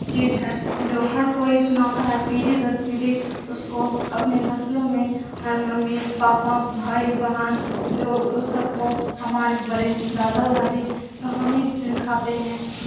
چیز ہے جو ہر کوئی سناتا ہے پیڑھی در پیڑھی اس کو اپنے نسلوں میں ہر ممی پاپا بھائی بہن جو سب کو ہمارے بڑے دادا دادی کہانی سکھاتے ہیں